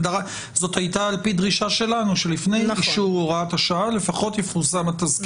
זה היה על פי דרישה שלנו שלפני אישור הוראת השעה לפחות יפורסם התזכיר.